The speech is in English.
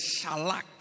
shalak